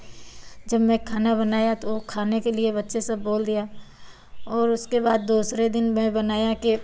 जब मैं खाना बनाया तो वह खाने के लिए बच्चे सब बोल दिया और उसके बाद दूसरे दिन मैं बनाया कि